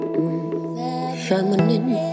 Feminine